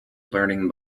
learning